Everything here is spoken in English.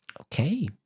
Okay